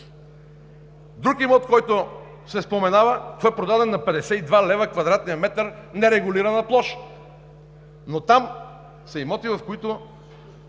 Друг имот, който се споменава, е продаден на 52 лв. квадратният метър нерегулирана площ, но там са имоти, които